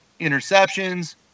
Interceptions